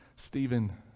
Stephen